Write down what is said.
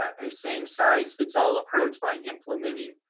ah a same size fits all approach by implementing